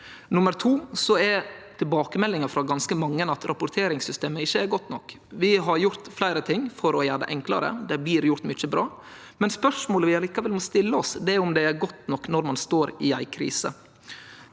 grunnen er tilbakemeldinga frå ganske mange om at rapporteringssystemet ikkje er godt nok. Vi har gjort fleire ting for å gjere det enklare, og det blir gjort mykje bra, men spørsmålet vi likevel må stille oss, er om det er godt nok når ein står i ei krise.